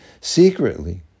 Secretly